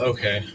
Okay